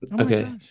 Okay